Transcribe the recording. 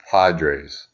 Padres